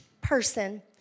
person